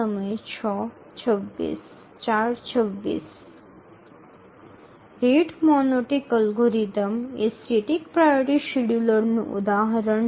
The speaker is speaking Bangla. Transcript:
rate monotonic algorithm static priority শিডিয়ুলারের উদাহরণ